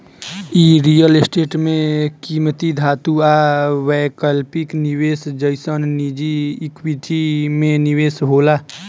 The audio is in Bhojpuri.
इ रियल स्टेट में किमती धातु आ वैकल्पिक निवेश जइसन निजी इक्विटी में निवेश होला